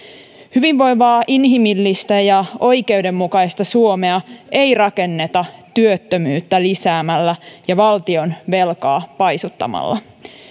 hyvinvoivaa inhimillistä ja oikeudenmukaista suomea ei rakenneta työttömyyttä lisäämällä ja valtionvelkaa paisuttamalla